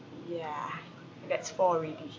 yeah that's four already